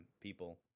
people